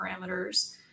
parameters